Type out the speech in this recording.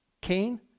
Cain